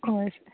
ഓ ശ്